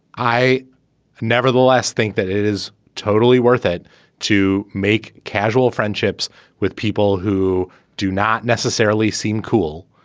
i nevertheless think that it is totally worth it to make casual friendships with people who do not necessarily seem cool